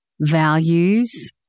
values